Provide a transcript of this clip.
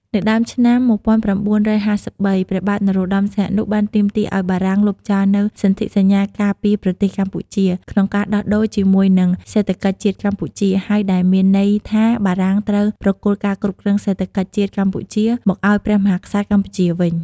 នៅដើមឆ្នាំ ១៩៥៣ ព្រះបាទនរោត្តសីហនុ បានទាមទារឱ្យបារាំងលុបចោលនូវសន្ធិសញ្ញាការពារប្រទេសកម្ពុជា ក្នុងការដោះដូរជាមួយនិងសេដ្ឋកិច្ចជាតិកម្ពុជា ហើយដែលមានន័យថាបារាំងត្រូវប្រគល់ការគ្រប់គ្រងសេដ្ឋកិច្ចជាតិកម្ពុជា មកឱ្យព្រះមហាក្សត្រកម្ពុជាវិញ ។